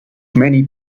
many